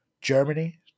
germany